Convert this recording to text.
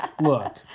Look